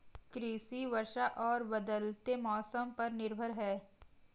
कृषि वर्षा और बदलते मौसम पर निर्भर है